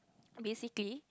basically